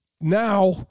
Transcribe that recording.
Now